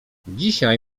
dzisiaj